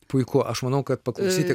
puiku aš manau kad paklausyti